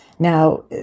Now